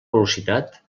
velocitat